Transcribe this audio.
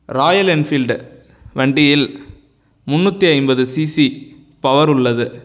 Royal Enfield வண்டியில் முந்நூற்றி ஐம்பது சிசி பவர் உள்ளது